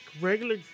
regular